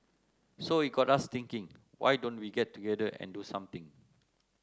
so it got us thinking why don't we get together and do something